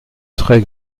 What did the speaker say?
très